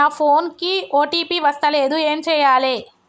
నా ఫోన్ కి ఓ.టీ.పి వస్తలేదు ఏం చేయాలే?